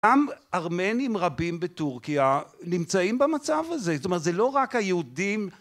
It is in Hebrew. גם ארמנים רבים בטורקיה נמצאים במצב הזה זאת אומרת זה לא רק היהודים